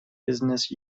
business